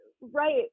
right